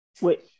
Wait